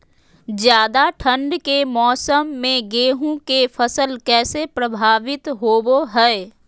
ज्यादा ठंड के मौसम में गेहूं के फसल कैसे प्रभावित होबो हय?